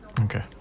Okay